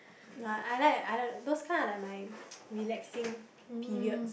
no I like I like those kind are like my relaxing periods